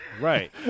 Right